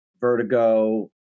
Vertigo—